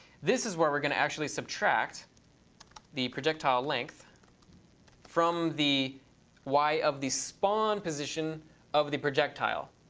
this is where we're going to actually subtract the projectile length from the y of the spawn position of the projectile,